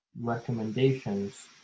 recommendations